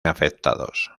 afectados